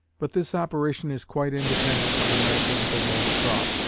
but this operation is quite independent of the metaphysical mode of thought,